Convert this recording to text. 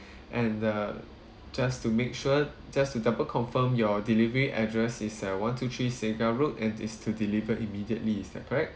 and uh just to make sure just to double confirm your delivery address is uh one two three segar road and it's to deliver immediately is that correct